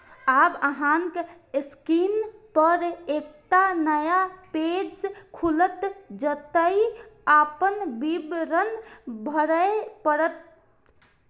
आब अहांक स्क्रीन पर एकटा नया पेज खुलत, जतय अपन विवरण भरय पड़त